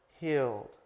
healed